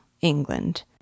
England